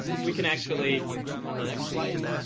we can actually on the next slide